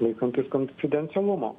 laikantis konfidencialumo